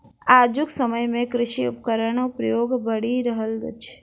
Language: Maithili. आजुक समय मे कृषि उपकरणक प्रयोग बढ़ि रहल अछि